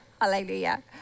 hallelujah